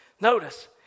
Notice